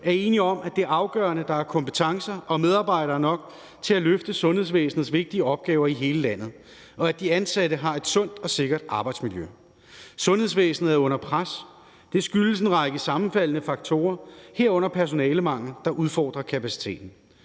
er enige om, at det er afgørende, at der er kompetencer og medarbejdere nok til at løfte sundhedsvæsenets vigtige opgaver i hele landet, og at de ansatte har et sundt og sikkert arbejdsmiljø. Sundhedsvæsenet er under pres. Det skyldes en række sammenfaldende faktorer, herunder personalemangel, der udfordrer kapaciteten.